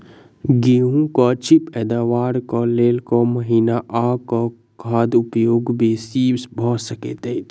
गेंहूँ की अछि पैदावार केँ लेल केँ महीना आ केँ खाद उपयोगी बेसी भऽ सकैत अछि?